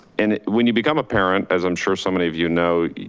and when you become a parent, as i'm sure so many of you know,